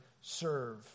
serve